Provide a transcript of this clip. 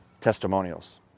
testimonials